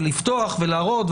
לפתוח ולהראות,